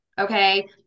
okay